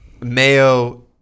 mayo